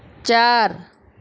چار